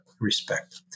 respect